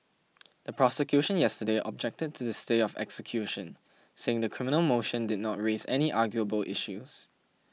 the prosecution yesterday objected to the stay of execution saying the criminal motion did not raise any arguable issues